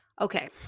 Okay